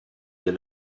the